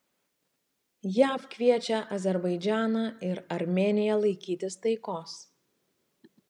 jav kviečia azerbaidžaną ir armėniją laikytis taikos